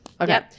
okay